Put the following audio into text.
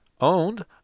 Owned